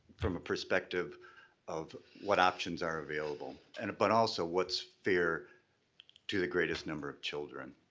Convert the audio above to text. from a perspective of what options are available and but also what's fair to the greatest number of children?